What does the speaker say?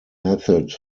method